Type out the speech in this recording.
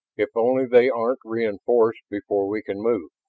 if only they aren't reinforced before we can move!